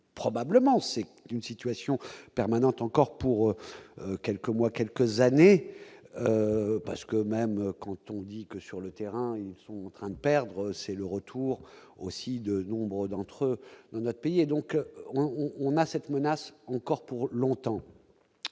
probablement, c'est d'une situation permanente, encore pour quelques mois, quelques années parce que même quand on dit que sur le terrain sont entrain de perdre, c'est le retour aussi de nombreux d'entre notre pays et donc on a cette menace encore pour longtemps